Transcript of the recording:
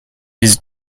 his